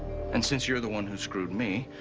and since you're the one who screwed me,